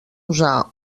usar